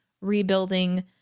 rebuilding